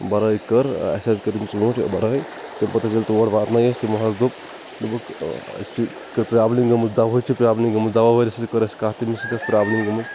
برٲے کٔر اَسہِ حظ کٔر یِم ژوٗنٛٹۍ برٲے تمہِ پَتہٕ حظ یِیٚلہِ تور واتنٲے اسہِ تِمو حظ دوٚپ دوٚپکھ اس کی یہِ پرابلِم گٔمٕژ دوہٕچ چھِ پرابلِم گٔمٕژ دوا وٲلِس سۭتۍ کر اَسہِ کَتھ تٔمِس سۭتۍ أسۍ چھِ پرابلِم گٔمٕژ